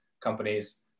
companies